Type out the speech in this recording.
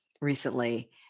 recently